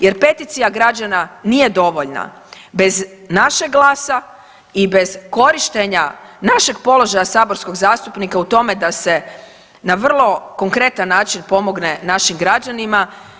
Jer peticija građana nije dovoljna bez našeg glasa i bez korištenja našeg položaj saborskog zastupnika u tome da se na vrlo konkretan način pomogne našim građanima.